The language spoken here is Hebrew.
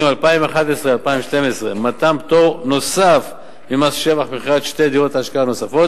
2011 2012 מתן פטור נוסף ממס שבח במכירת שתי דירות השקעה נוספות